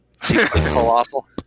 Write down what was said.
colossal